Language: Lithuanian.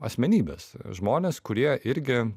asmenybes žmones kurie irgi